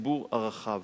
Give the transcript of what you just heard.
לציבור הרחב.